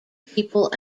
people